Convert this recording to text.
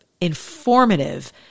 informative